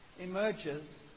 emerges